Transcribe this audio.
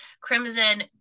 crimson